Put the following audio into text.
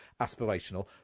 aspirational